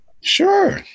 Sure